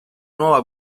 nuova